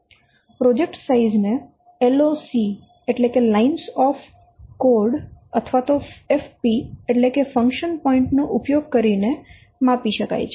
project size ને LOC એટલે કે લાઇન્સ ઓફ કોડ અથવા FP એટલે કે ફંક્શન પોઇન્ટ નો ઉપયોગ કરીને માપી શકાય છે